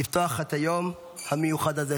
לפתוח את היום המיוחד הזה.